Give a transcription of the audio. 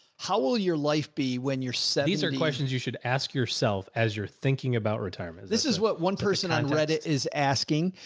how will your life be when you're set? these are questions. you should ask yourself. as you're thinking about retirement. this is what one person on reddit is asking.